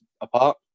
apart